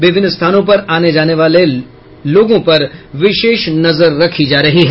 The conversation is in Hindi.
विभिन्न स्थानों पर आने जाने वालों पर विशेष नजर रखी जा रही है